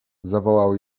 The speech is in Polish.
zawołał